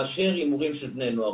מאשר הימורים של בני נוער.